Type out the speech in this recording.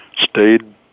stayed